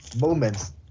moments